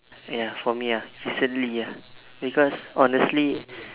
ya for me ah recently ah because honestly